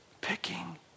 picking